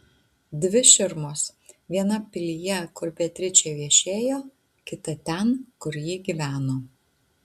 dvi širmos viena pilyje kur beatričė viešėjo kita ten kur ji gyveno